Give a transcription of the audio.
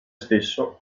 stesso